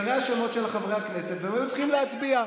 שמות חברי הכנסת והם היו צריכים להצביע.